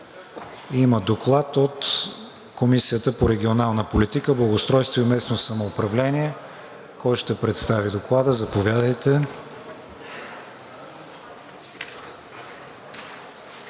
Има Доклад от Комисията по регионална политика, благоустройство и местно самоуправление. Кой ще представи Доклада? Заповядайте.